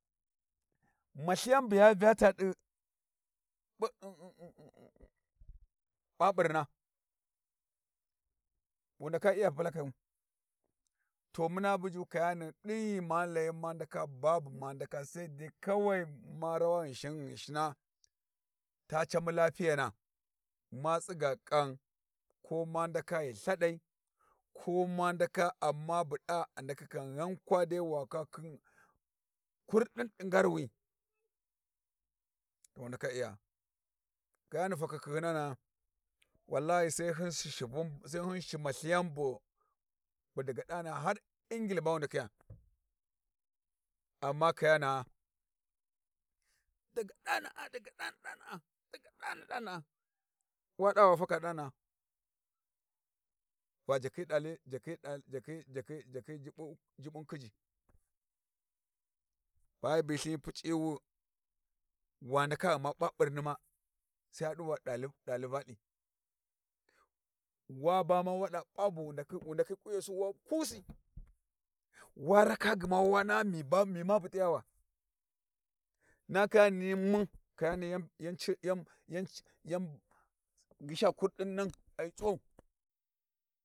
Mathiya buy a zha ta di ``um- um`` baburna, wu ndaka iya pulakayu, to muna buju Kayani din ghi ma layi ma ndaka babu ma ndaka, sai dai kawai ma rawa ghinashin ghinshina ta camu latiyanu ma tsiga kan ko ma ndaka ghi lthadai ko ma ndaka amma bu da a ndakhi kan ghan kwadai wa kwa khin, kurdindi ngarwi to wu ndaka iya- a- Kayani fakakhi hyinana a wallahi sai hyun si shivin sai hyi si mathi yan bubu da ga da na a daga dana dana`a daga dana dana`a wa da wa faka dana`a wa da wa faka dana`a va jakhi dalli ``jakhin dalli jakhi jakhi” jubbun jubbun khijji. Ba hyi bi lyhin hyi puc`iwi, wa ndaka ghuma baburni ma, sai ya du va dalli dalli valthi, w aba ma wada pa bu wu``ndakhi kunyasu wa kusi war aka gma wan aha ma mi ma bu mi biya wa na Kayani hyi mun Kayani yan yan ci yan yan ghisha kurdin nan ai cuwau.